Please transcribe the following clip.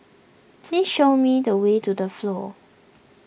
please show me the way to the Flow